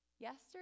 Yesterday